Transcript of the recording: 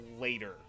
later